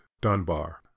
dunbar